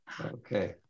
Okay